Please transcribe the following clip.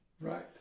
Right